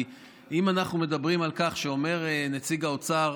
כי אם אנחנו מדברים על כך שאומר נציג האוצר